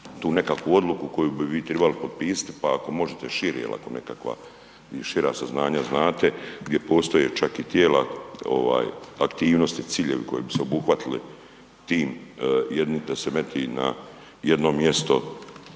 tu nekakvu odluku koji bi trebali potpisati pa ako možete šira nekakva, šira saznanja znate, gdje postoje čak i tijela aktivnosti, ciljevi koji bi se obuhvatili tim jednim da se metne na jedno mjesto